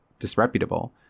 disreputable